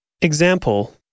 Example